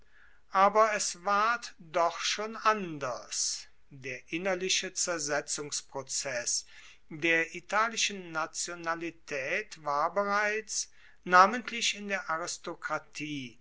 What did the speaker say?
aber es ward doch schon anders der innerliche zersetzungsprozess der italischen nationalitaet war bereits namentlich in der aristokratie